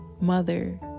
mother